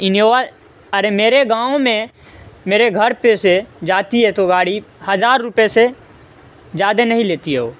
Innova ارے میرے گاؤں میں میرے گھر پہ سے جاتی ہے تو گاڑی ہزار روپئے سے زیادہ نہیں لیتی ہے وہ